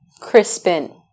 Crispin